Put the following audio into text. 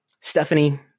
Stephanie